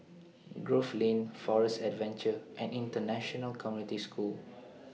Grove Lane Forest Adventure and International Community School